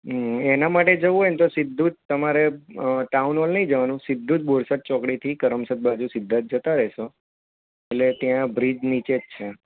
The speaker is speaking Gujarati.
હં એના માટે જવું હોય ને તો સીધું જ તમારે ટાઉન હૉલ નહીં જવાનું સીધું જ બોરસદ ચોકડીથી કરમસદ બાજુ સીધા જ જતા રહેશો એટલે ત્યાં બ્રિજ નીચે જ છે